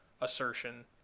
assertion